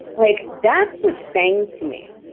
like that's what sang to me.